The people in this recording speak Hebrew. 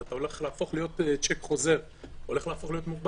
זה עומד להיות שיק חוזר ואתה עומד להפוך למוגבל",